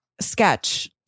sketch